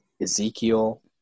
Ezekiel